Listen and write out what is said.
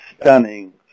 stunning